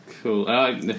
cool